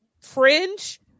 fringe